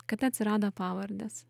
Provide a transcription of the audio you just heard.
kada atsirado pavardės